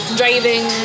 driving